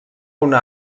una